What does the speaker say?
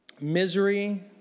Misery